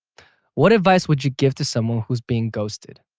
what advice would you give to someone who's being ghosted?